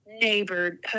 neighborhood